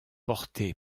porté